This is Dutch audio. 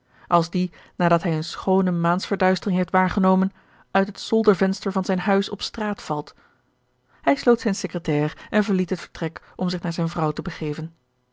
als die nadat hij eene schoone maansverduistering heeft waargenomen uit het zoldervenster van zijn huis op de straat valt hij sloot zijne secretaire en verliet het vertrek om zich naar zijne vrouw te begeven